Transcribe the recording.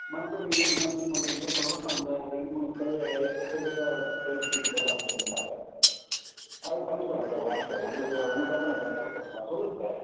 மறுபடியும் இன்னொரு நாளைக்கு நம்ம எங்கேப் போகிறோம் அந்த ரெண்டு மூணு சை இருக்குது புதுசாக சைட் ஸீயிங்க்ஸ் எல்லாம் இருக்குன்னாங்க அங்கே அது பண்ணிக்கலாம் சார் வாங்க சார் உங்களுக்கு உங்களுக்காக நான் நல்லா பண்ணிக்கலாம் சொல்லுங்கள் சார்